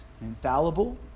infallible